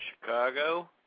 Chicago